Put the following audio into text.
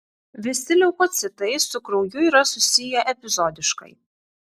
visi leukocitai su krauju yra susiję epizodiškai